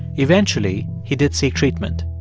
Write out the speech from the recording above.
eventually, he did seek treatment,